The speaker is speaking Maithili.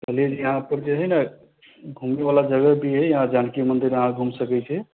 कहलू यहाँ पर जे हय ने घूमैबला जगह भी हय यहाँ जानकी मंदिर अहाँ घुमि सकै छी